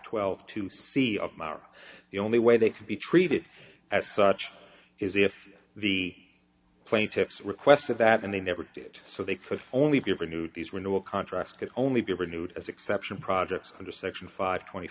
twelve to see of morrow the only way they can be treated as such is if the plaintiffs requested that and they never did so they could only be renewed these were no a contracts could only be renewed as exception projects under section five twenty